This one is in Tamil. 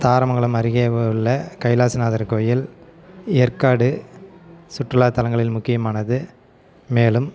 தாரமங்கலம் அருகே உள்ள கைலாசநாதர் கோயில் ஏற்காடு சுற்றுலாத்தலங்களில் முக்கியமானது மேலும்